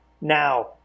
now